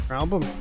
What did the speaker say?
album